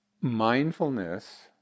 mindfulness